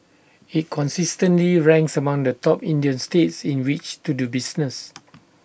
IT consistently ranks among the top Indian states in which to do business